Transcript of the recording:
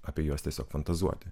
apie juos tiesiog fantazuoti